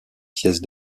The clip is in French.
pièces